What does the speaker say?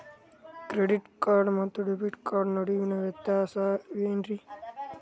Credit card ಮತ್ತು debit card ನಡುವಿನ ವ್ಯತ್ಯಾಸ ವೇನ್ರೀ?